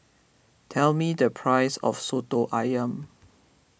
tell me the price of Soto Ayam